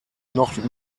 noch